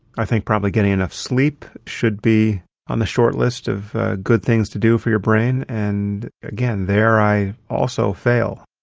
i think probably getting enough sleep should be on the short list of good things to do for your brain. and again, there i also fail.